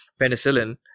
penicillin